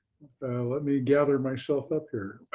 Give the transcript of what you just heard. let me gather myself up, here.